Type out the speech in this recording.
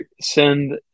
send